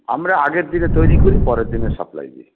আমরা আগের দিনে তৈরি করি পরের দিনে সাপ্লাই দিই